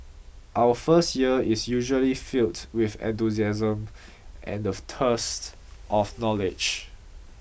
our first year is usually filled with enthusiasm and the thirst of knowledge